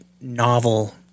novel